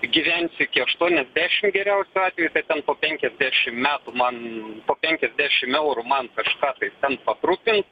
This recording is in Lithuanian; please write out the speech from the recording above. gyvensiu iki aštuoniasdešim geriausiu atveju tai ten po penkiasdešim metų man po penkiasdešim eurų man kažką tai ten patrupin